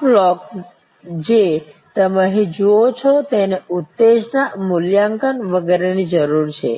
આ બ્લોક જે તમે અહીં જુઓ છો તેને ઉત્તેજના મૂલ્યાંકન વગેરેની જરૂર છે